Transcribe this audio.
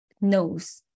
knows